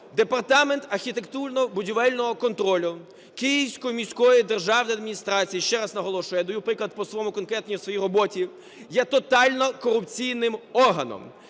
Департамент архітектурно-будівельного контролю Київської міської державної адміністрації – ще раз наголошую, я даю приклад по конкретній своїй роботі – є тотально корупційним органом.